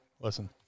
Listen